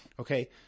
Okay